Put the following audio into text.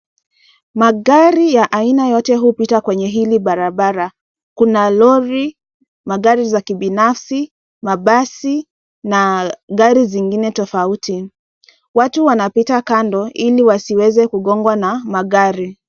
Magari ya aina yote hupita kwenye hili barabara. Kuna lori, magari za kibinafsi, mabasi na gari zingine tofauti. Watu wanapita kando ili wasiweze kugongwa na magari.